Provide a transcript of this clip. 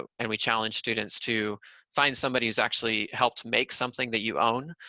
um and we challenge students to find somebody who's actually helped make something that you own.